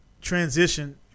transition